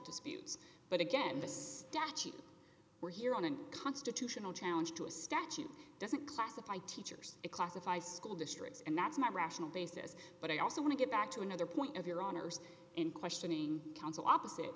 disputes but again the statute we're here on a constitutional challenge to a statute doesn't classify teachers it classifies school districts and that's my rational basis but i also want to get back to another point of your honor's in questioning counsel opposite